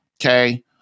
Okay